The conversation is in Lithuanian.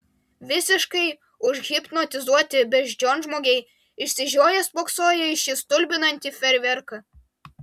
visiškai užhipnotizuoti beždžionžmogiai išsižioję spoksojo į šį stulbinantį fejerverką